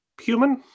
human